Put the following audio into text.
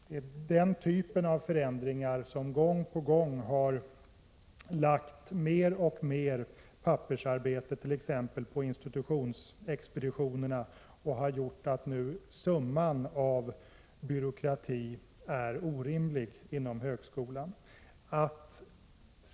Det är den typen av förändringar som gång på gång lagt alltmer pappersarbete på t.ex. institutionsexpeditionerna och gjort att summan av byråkratin inom högskolan blivit orimlig.